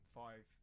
five